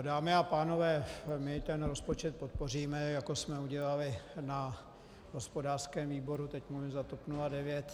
Dámy a pánové, my ten rozpočet podpoříme, jako jsme udělali na hospodářském výboru, teď mluvím za TOP 09.